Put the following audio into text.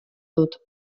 dut